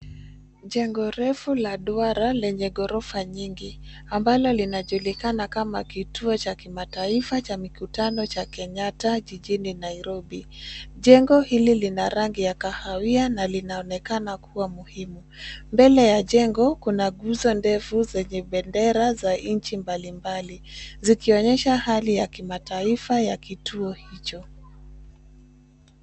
Jengo refu la duara lenye ghorofa nyingi ambalo linajulikana kama kituo cha kimataifa cha mikutano cha Kenyatta jijini Nairobi. Jengi hili lina rangi ya kahawia na linaonekana kuwa muhimu. Mbele ya jengo kuna nguzo ndefu zenye bendera za nchi mbalimbali zikionyesha hali ya kimataifa ya kituo hicho.